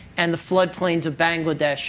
and the flood plains of bangladesh